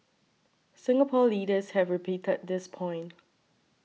Singapore leaders have repeated this point